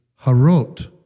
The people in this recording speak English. harot